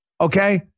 Okay